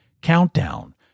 Countdown